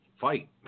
fight